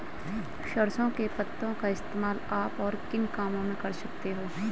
सरसों के पत्तों का इस्तेमाल आप और किन कामों में कर सकते हो?